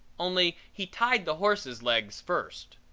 only he tied the horse's legs first.